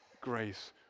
grace